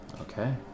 Okay